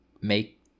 make